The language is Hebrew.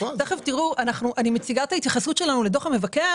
אני מציגה את ההתייחסות שלנו לדוח המבקר